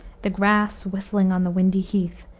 the grass whistling on the windy heath,